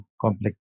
complex